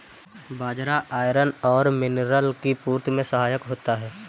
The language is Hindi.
बाजरा आयरन और मिनरल की पूर्ति में सहायक होता है